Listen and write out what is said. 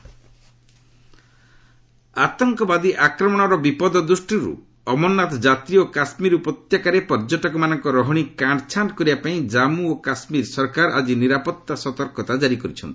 JK Amarnath ଯାତ୍ରା ଆତଙ୍କବାଦୀ ଆକ୍ରମଣର ବିପଦ ଦୃଷ୍ଟିରୁ ଅମରନାଥ ଯାତ୍ରୀ ଓ କାଶ୍କୀର ଉପତ୍ୟକାରେ ପର୍ଯ୍ୟଟକମାନଙ୍କ ରହଣି କାଣ୍ଟ୍ଛାଣ୍ଟ କରିବାପାଇଁ ଜନ୍ମ ଓ କାଶୁୀର ସରକାର ଆଜି ନିରାପତ୍ତା ସତର୍କତା ଜାରି କରିଛନ୍ତି